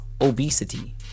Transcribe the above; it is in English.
obesity